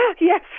Yes